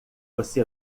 você